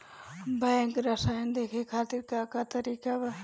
Bank सराश देखे खातिर का का तरीका बा?